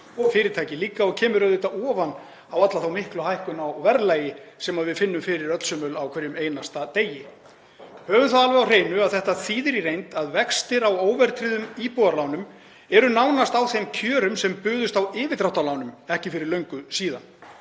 og fyrirtæki líka og kemur auðvitað ofan á alla þá miklu hækkun á verðlagi sem við finnum öll fyrir á hverjum einasta degi. Höfum það alveg á hreinu að þetta þýðir í reynd að vextir á óverðtryggðum íbúðalánum eru nánast á þeim kjörum sem buðust á yfirdráttarlánum ekki fyrir löngu síðan